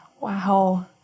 Wow